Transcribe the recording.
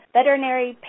Veterinary